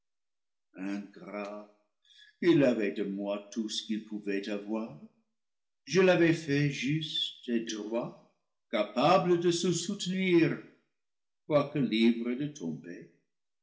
grat il avait de moi tout ce qu'il pouvait avoir je l'avais fait juste et droit capable de se soutenir quoique libre de tomber